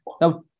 Now